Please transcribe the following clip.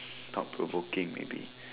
thought-provoking maybe